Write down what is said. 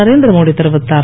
நரேந்திரமோடி தெரிவித்தார்